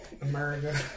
America